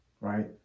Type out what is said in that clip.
right